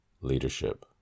leadership